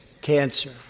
cancer